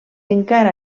encara